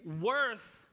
Worth